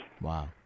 Wow